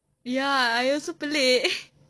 ya I also pelik